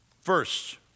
First